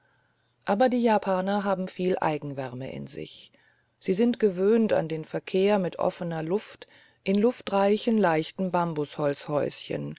aber die japaner haben viel eigenwärme in sich sie sind gewöhnt an den verkehr mit offener luft in luftreichen leichten